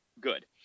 Good